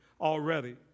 already